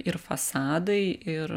ir fasadai ir